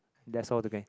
that's all the gang